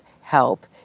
help